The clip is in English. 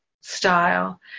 style